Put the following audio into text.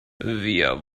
wir